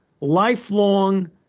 lifelong